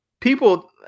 People